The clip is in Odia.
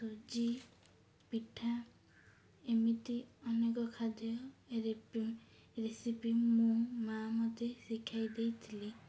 ସୁଜି ପିଠା ଏମିତି ଅନେକ ଖାଦ୍ୟ ରେପ ରେସିପି ମୁଁ ମାଆ ମୋତେ ଶିଖାଇ ଦେଇଥିଲେ